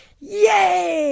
Yay